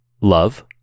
love